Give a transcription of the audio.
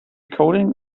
coding